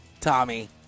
Tommy